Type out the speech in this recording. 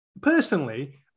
Personally